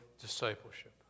discipleship